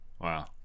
wow